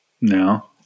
No